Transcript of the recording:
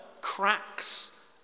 cracks